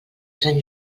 sant